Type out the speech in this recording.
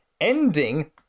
ending